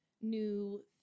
new